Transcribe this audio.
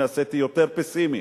נעשיתי יותר פסימי,